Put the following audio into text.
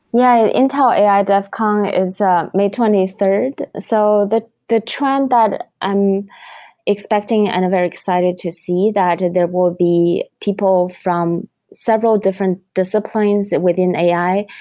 yeah, intel ai devcon is may twenty third. so the the trend that i'm expecting and very excited to see that there will be people from several different disciplines within ai,